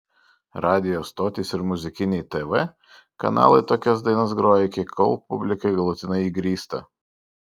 radijo stotys ir muzikiniai tv kanalai tokias dainas groja iki kol publikai galutinai įgrysta